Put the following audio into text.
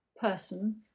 person